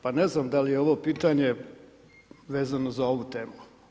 Pa ne znam da li je ovo pitanje vezano za ovu temu?